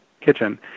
kitchen